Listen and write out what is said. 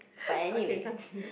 okay continue